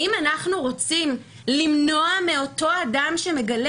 אז האם אנחנו רוצים למנוע מאותו אדם שמגלה